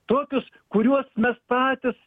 tokius kuriuos mes patys